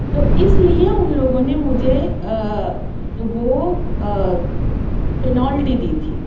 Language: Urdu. تو اِس لئے اُن لوگوں نے مجھے وہ پینلٹی دی تھی